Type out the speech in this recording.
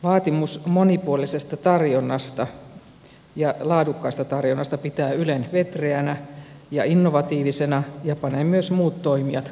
vaatimus monipuolisesta tarjonnasta ja laadukkaasta tarjonnasta pitää ylen vetreänä ja innovatiivisena ja panee myös muut toimijat ponnistelemaan